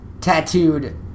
tattooed